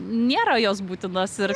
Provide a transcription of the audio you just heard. nėra jos būtinos ir